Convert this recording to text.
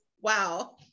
wow